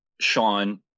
Sean